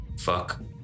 Fuck